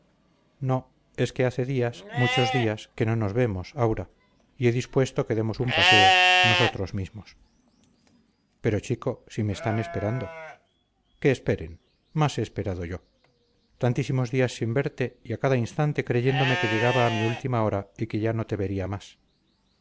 no es que hace días muchos días que no nos vemos aura y he dispuesto que demos un paseo nosotros mismos pero chico si me están esperando que esperen más he esperado yo tantísimos días sin verte y a cada instante creyéndome que llegaba mi última hora y que ya no te vería más